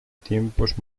tiempos